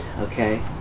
Okay